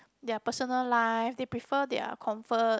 their personal life they prefer their comfort